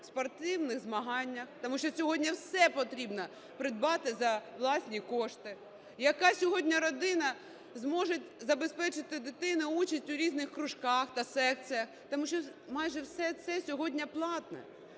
в спортивних змаганнях? Тому що сьогодні все потрібно придбати за власні кошти. Яка сьогодні родина зможе забезпечити дитині участь у різних кружках та секціях? Тому що майже все це сьогодні платне.